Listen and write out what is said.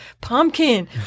pumpkin